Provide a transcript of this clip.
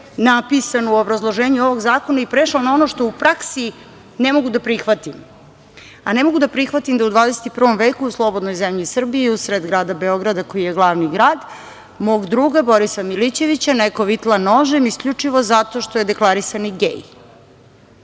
napisano u obrazloženju ovog zakona i prešla na ono što u praksi ne mogu da prihvatim. Ne mogu da prihvatim da u 21. veku u slobodnoj zemlji Srbiji, u sred grada Beograda, koji je glavni grad, mog druga Borisa Milićevića neko vitla nožem isključivo zato što je deklarisani gej,